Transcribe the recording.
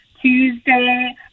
Tuesday